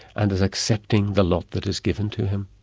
and is accepting the lot that is given to him.